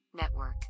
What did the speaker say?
network